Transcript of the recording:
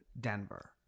Denver